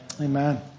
Amen